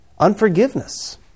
Unforgiveness